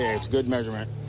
it's good measurement.